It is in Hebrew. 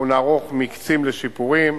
אנחנו נערוך מקצים לשיפורים